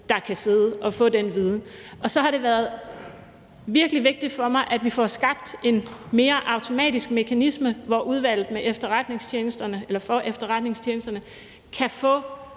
der kan sidde og få den viden. Så har det været virkelig vigtigt for mig, at vi får skabt en mere automatisk mekanisme, hvor Udvalget vedrørende Efterretningstjenesterne kan få